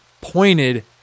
pointed